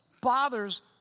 bothers